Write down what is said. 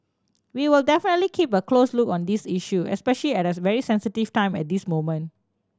we will definitely keep a close look on this issue especial at it's a very sensitive time at this moment